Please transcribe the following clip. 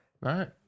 right